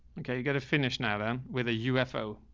okay, you got to finish now then with a ufo.